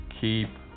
keep